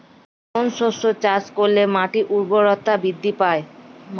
কোন শস্য চাষ করলে মাটির উর্বরতা বৃদ্ধি পায়?